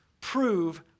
prove